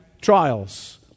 trials